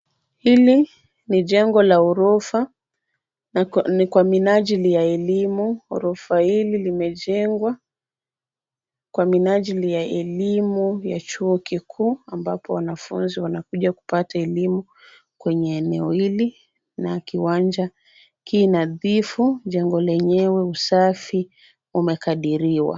Hili ni jengo la ghorofa, ni kwa minajili ya elimu. Ghorofa hili limejengwa kwa minajili ya elimu ya chuo kikuu ambapo wanafunzi wanakuja kupata elimu kwenye eneo hili na kiwanja ki nadhifu. Jengo lenyewe usafi umekadiriwa.